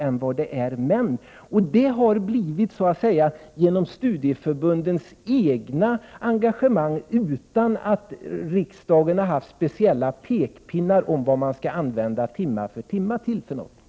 Så har det blivit genom studieförbundens egna engagemang utan att riksdagen har kommit med pekpinnar om vad man vill att timmarna skall användas till för någonting.